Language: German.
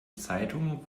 zeitungen